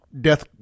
death